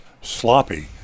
sloppy